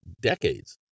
decades